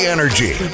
Energy